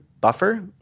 buffer